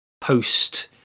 post